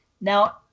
Now